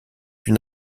une